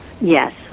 Yes